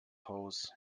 haus